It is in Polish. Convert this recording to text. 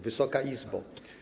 Wysoka Izbo!